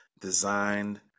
designed